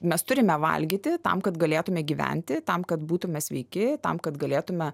mes turime valgyti tam kad galėtume gyventi tam kad būtume sveiki tam kad galėtume